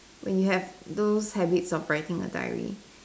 when you have those habits of writing a diary